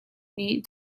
nih